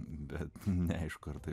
bet ne iš karto